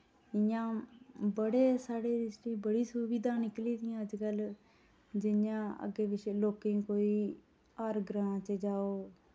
इ'यां बड़े साढ़े डिस्ट्रिक बड़ी सुविधां निकली दियां अजकल जि'यां अग्गै पिच्छै लोकें ई कोई हर ग्रां च जाओ